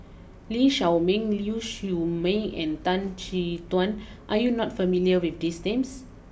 Lee Shao Meng Ling Siew May and Tan Chin Tuan are you not familiar with these names